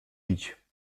bić